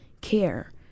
care